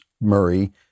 Murray